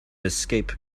escape